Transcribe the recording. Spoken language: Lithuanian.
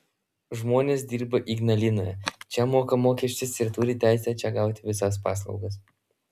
žmonės dirba ignalinoje čia moka mokesčius ir turi teisę čia gauti visas paslaugas